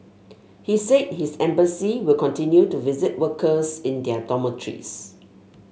he said his embassy will continue to visit workers in their dormitories